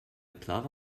klare